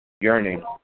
Yearning